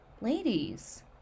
Ladies